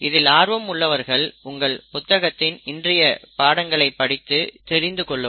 இதில் ஆர்வம் உள்ளவர்கள் உங்கள் புத்தகத்தின் இன்றைய பாடங்களை படித்து தெரிந்து கொள்ளவும்